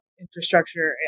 Infrastructure